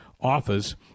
Office